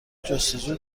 جستجو